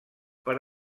per